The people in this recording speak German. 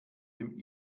dem